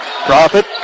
profit